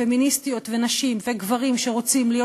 פמיניסטיות ונשים וגברים שרוצים להיות